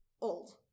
old